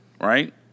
right